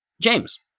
James